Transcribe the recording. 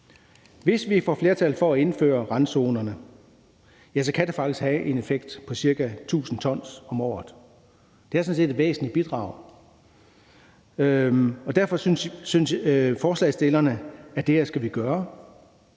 Hvis vi får flertal for at indføre randzonerne, kan det faktisk have en effekt på ca. 1.000 ton om året. Det er sådan set et væsentligt bidrag. Derfor synes forslagsstillerne, at vi skal gøre